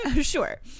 sure